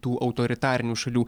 tų autoritarinių šalių